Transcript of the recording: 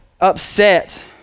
upset